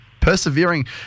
persevering